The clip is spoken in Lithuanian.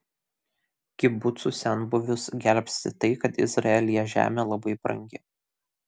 kibucų senbuvius gelbsti tai kad izraelyje žemė labai brangi